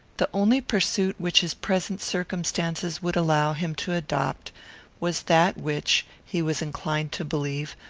the only pursuit which his present circumstances would allow him to adopt was that which, he was inclined to believe,